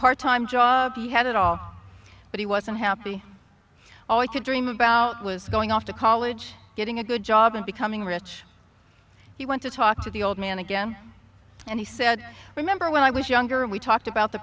part time job he had it all but he wasn't happy always could dream about was going off to college getting a good job and becoming rich he went to talk to the old man again and he said remember when i was younger we talked about the